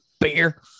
beer